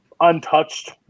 untouched